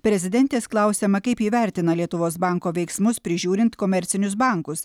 prezidentės klausiama kaip ji vertina lietuvos banko veiksmus prižiūrint komercinius bankus